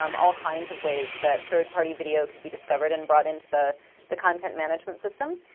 um all kinds of ways that third-party video could be discovered and brought into the the content management system.